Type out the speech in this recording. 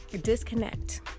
disconnect